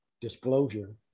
disclosure